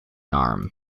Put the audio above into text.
arm